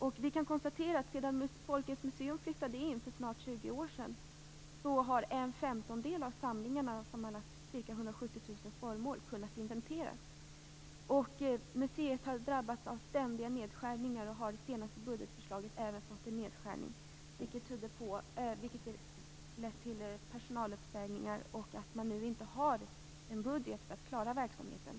Sedan Folkens museum för snart 20 år sedan flyttade in i sina lokaler har en femtondel av samlingarna, som består av sammanlagt ca 170 000 föremål, kunnat inventeras. Museet har ständigt drabbats av nedskärningar. Även i det senaste budgetförslaget handlar det om en nedskärning. Detta har lett till personaluppsägningar och till att man nu inte har en sådan budget att man klarar verksamheten.